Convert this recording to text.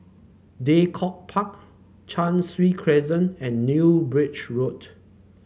Draycott Park Cheng Soon Crescent and New Bridge Road